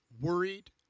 Worried